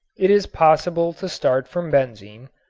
it is possible to start from benzene,